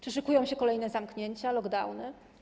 Czy szykują się kolejne zamknięcia, lockdowny?